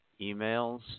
emails